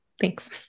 thanks